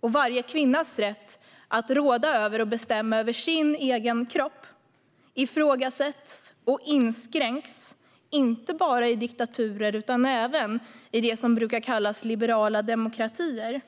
och varje kvinnas rätt att råda över och bestämma över sin egen kropp - ifrågasätts och inskränks i inte bara diktaturer utan även det som brukar kallas liberala demokratier.